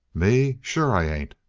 me? sure i ain't!